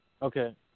Okay